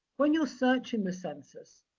when you're searching the census,